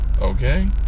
okay